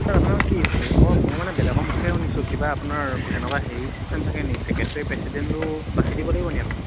তেতিয়া আপোনাৰ কি মই মোৰ মানে বেলেগৰ মুখেই শুনিছোঁ কিবা আপোনাৰ এনেকুৱা হেৰি চিষ্টেম থাকে নি ছেক্ৰেটাৰী প্ৰেছিডেণ্টো বাচি দিব লাগিব নি আমি